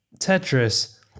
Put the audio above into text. Tetris